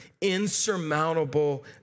insurmountable